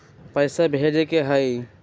पैसा भेजे के हाइ?